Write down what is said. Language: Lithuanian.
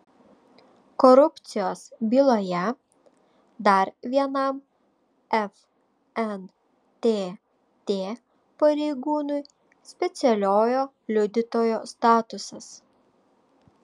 korupcijos byloje dar vienam fntt pareigūnui specialiojo liudytojo statusas